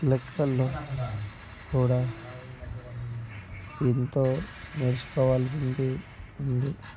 లెక్కలలో కూడా ఎంతో నేర్చుకోవాల్సింది ఉంది